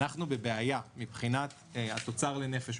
אנחנו בבעיה מבחינת התוצר לנפש,